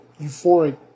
euphoric